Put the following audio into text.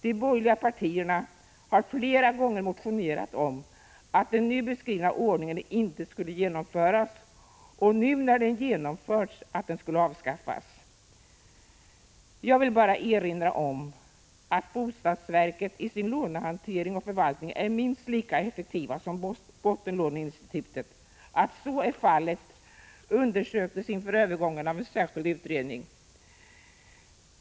De borgerliga partierna har flera gånger motionerat om att den nu beskrivna ordningen inte skulle genomföras och nu när den genomförts att den skulle avskaffas. Jag vill bara erinra om att bostadsverket i sin lånehantering och förvaltning är minst lika effektivt som bottenlåneinstituten. Att så är fallet undersöktes inför övergången av en särskild utredning.